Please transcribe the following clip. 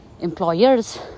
employers